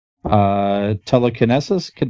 Telekinesis